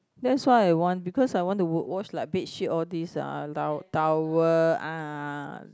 that's why I want because I want to w~ wash like bedsheet all these ah tow~ towel ah